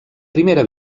primera